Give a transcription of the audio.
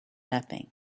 nothing